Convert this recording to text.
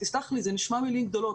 תסלח לי, זה נשמע מילים גדולות.